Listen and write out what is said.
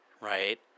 right